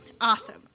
awesome